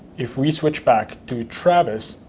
if we switch back to travis,